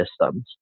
systems